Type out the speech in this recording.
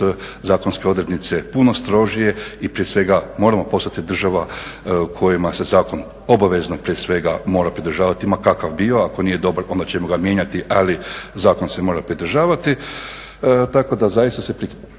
zakonske odrednice puno strožije i prije svega moramo postati država u kojoj se zakona prije svega obavezno mora pridržavati ma kakav bio. Ako nije dobar onda ćemo ga mijenjati, ali zakon se mora pridržavati.